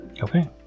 Okay